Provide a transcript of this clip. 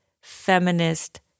feminist